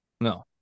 No